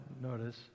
notice